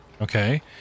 okay